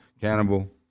Cannibal